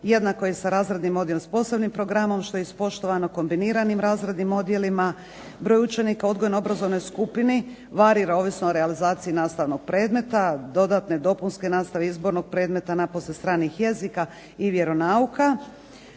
Jednako je i s razrednim odjelima s posebnim programom što je ispoštovano kombiniranim razrednim odjelima. Broj učenika u odgojno-obrazovnoj skupini varira ovisno o realizaciji nastavnog predmeta, dodatne, dopunske nastave, izbornog predmeta, napose stranih jezika i vjeronauka.